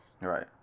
Right